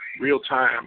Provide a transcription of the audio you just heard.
real-time